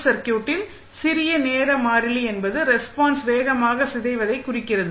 சர்க்யூட்டில் சிறிய நேர மாறிலி என்பது ரெஸ்பான்ஸ் வேகமாக சிதைவதை குறிக்கிறது